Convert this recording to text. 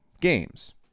games